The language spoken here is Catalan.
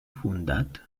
fundat